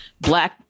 black